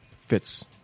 Fits